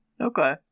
Okay